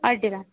ಅಡ್ಡಿಲ್ಲ